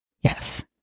Yes